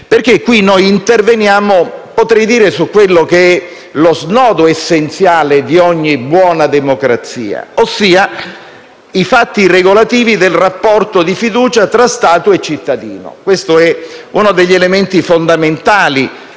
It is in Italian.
discussione interveniamo infatti su quello che potrei definire lo snodo essenziale di ogni buona democrazia, ossia i fatti regolativi del rapporto di fiducia tra Stato e cittadino. Questo è uno degli elementi fondamentali